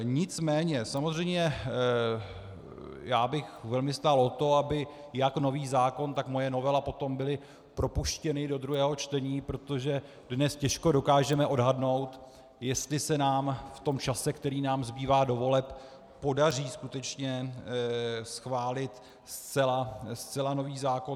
Nicméně samozřejmě bych velmi stál o to, aby jak nový zákon, tak moje novela potom byly propuštěny do druhého čtení, protože dnes těžko dokážeme odhadnout, jestli se nám v tom čase, který zbývá do voleb, podaří skutečně schválit zcela nový zákon.